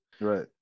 Right